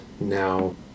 now